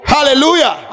Hallelujah